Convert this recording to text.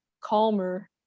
calmer